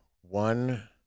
one